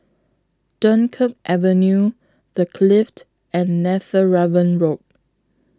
Dunkirk Avenue The Clift and Netheravon Road